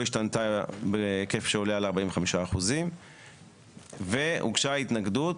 השתנתה בהיקף שעולה על 45% והוגשה התנגדות,